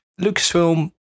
Lucasfilm